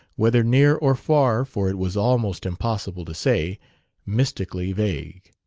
whether near or far for it was almost impossible to say mystically vague.